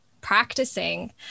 practicing